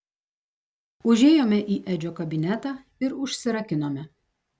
užėjome į edžio kabinetą ir užsirakinome